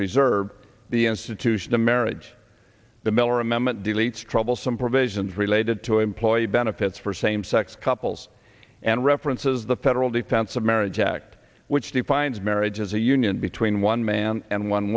preserve the institution of marriage the miller amendment deletes troublesome provisions related to employee benefits for same sex couples and references the federal defense of marriage act which defines marriage as a union between one man and one